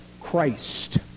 christ